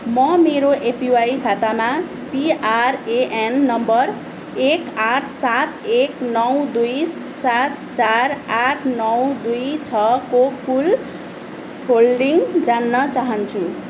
म मेरो एपिवाई खातामा पिआरएएन नम्बर एक आठ सात एक नौ दुई सात चार आठ नौ दुई छ को कुल होल्डिङ जान्न चाहन्छु